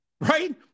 Right